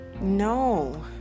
No